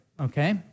okay